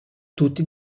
tutti